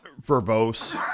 verbose